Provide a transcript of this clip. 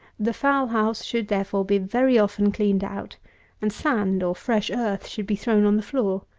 the fowl-house should, therefore, be very often cleaned out and sand, or fresh earth, should be thrown on the floor.